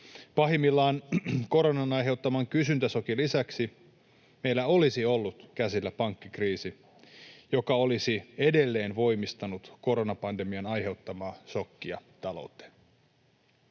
Pahimmillaan koronan aiheuttaman kysyntäshokin lisäksi meillä olisi ollut käsillä pankkikriisi, joka olisi edelleen voimistanut koronapandemian aiheuttamaa shokkia talouteen.